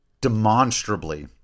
demonstrably